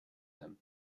them